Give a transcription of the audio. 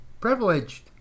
privileged